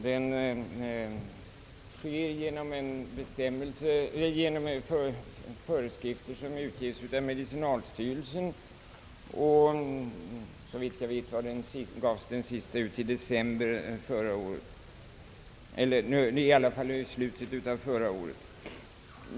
Detta har skett genom av medicinalstyrelsen utgivna föreskrifter. Såvitt jag vet utgavs de senaste av dessa i slutet av förra året.